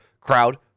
crowd